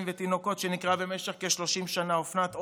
ותינוקות שנקראה במשך כ-30 שנה "אופנת אושר",